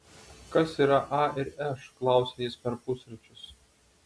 kas yra a ir š klausia jis per pusryčius